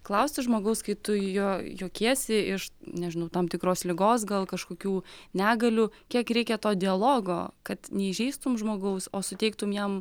klausti žmogaus kai tu jo juokiesi iš nežinau tam tikros ligos gal kažkokių negalių kiek reikia to dialogo kad neįžeistum žmogaus o suteiktum jam